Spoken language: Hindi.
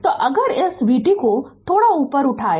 तो अगर इस vt को थोड़ा ऊपर उठाएं